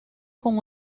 con